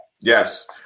Yes